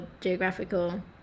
geographical